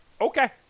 Okay